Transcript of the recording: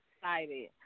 excited